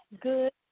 good